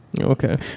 Okay